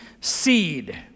seed